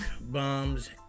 bombs